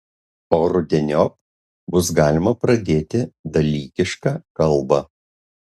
o rudeniop bus galima pradėti dalykišką kalbą